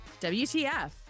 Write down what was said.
WTF